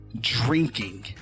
Drinking